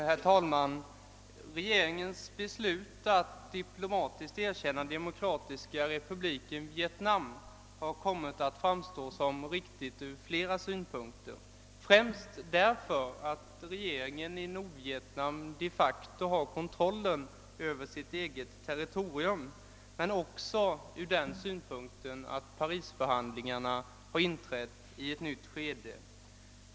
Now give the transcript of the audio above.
Herr talman! Regeringens beslut att diplomatiskt erkänna Demokratiska Republiken Vietnam har kommit att framstå som riktigt ur flera synpunkter, främst därför att regeringen i Nordvietnam de facto har kontrollen över sitt eget territorium, men också av den anledningen att förhandlingarna i Paris har inträtt i ett nytt skede.